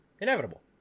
Inevitable